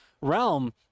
realm